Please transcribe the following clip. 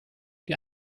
die